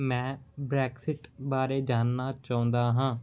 ਮੈਂ ਬ੍ਰੈਕਸਿਟ ਬਾਰੇ ਜਾਣਨਾ ਚਾਹੁੰਦਾ ਹਾਂ